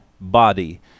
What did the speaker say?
body